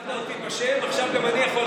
הזכרת אותי בשם, עכשיו גם אני יכול לעלות.